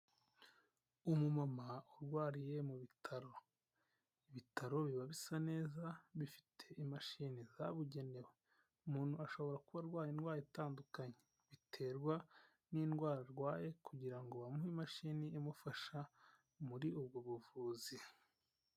Umumama urwariye mu bitaro, ibitaro biba bisa neza bifite imashini zabugenewe, umuntu ashobora kuba arwaye indwara itandukanye biterwa n'indwara arwaye kugira ngo bamuhe imashini imufasha muri ubwo buvuzi.